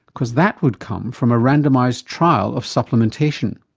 because that would come from a randomised trial of supplementation.